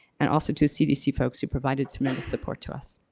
and also to cdc folks who provided tremendous support to us.